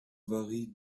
varie